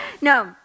No